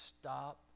stop